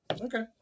Okay